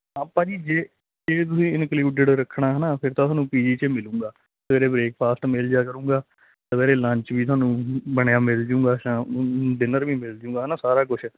ਆਪਾਂ ਜੀ ਜੇ ਤੁਸੀਂ ਇੰਕਲੂਡਿਡ ਰੱਖਣਾ ਹਨਾ ਫਿਰ ਤਾਂ ਤੁਹਾਨੂੰ ਪੀਜੀ 'ਚ ਮਿਲੂਗਾ ਸਵੇਰੇ ਬਰੇਕਫਾਸਟ ਮਿਲ ਜਿਆ ਕਰੂਗਾ ਦੁਪਹਿਰੇ ਲੰਚ ਵੀ ਤੁਹਾਨੂੰ ਬਣਿਆ ਮਿਲ ਜੇਗਾ ਡਿਨਰ ਵੀ ਮਿਲ ਜੂਗਾ ਹਨਾ ਸਾਰਾ ਕੁਝ